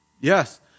Yes